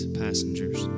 passengers